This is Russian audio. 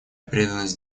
преданность